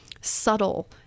subtle